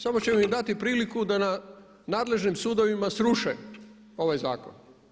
Samo ćemo im dati priliku da na nadležnim sudovima sruše ovaj zakon.